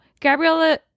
Gabriella